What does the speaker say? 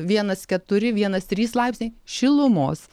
vienas keturi vienas trys laipsniai šilumos